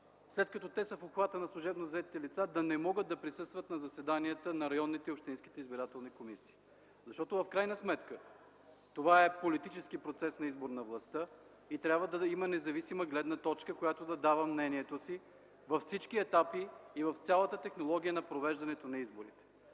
след като те са в обхвата на служебно заетите лица, да не могат да присъстват на заседанията на районните и общинските избирателни комисии. В крайна сметка това е политически процес на избор на властта и трябва да има независима гледна точка, която да дава мнението си във всички етапи и в цялата технология на провеждането на изборите.